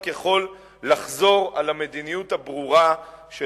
רק יכול לחזור על המדיניות הברורה של